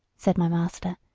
said my master,